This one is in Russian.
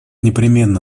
непременно